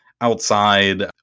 outside